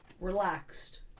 relaxed